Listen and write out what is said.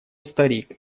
старик